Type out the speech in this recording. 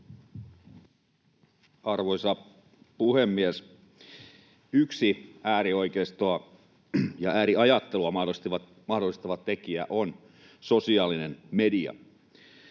Arvoisa puhemies! Yksi äärioikeistoa ja ääriajattelua mahdollistava tekijä on sosiaalinen media.